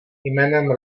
jménem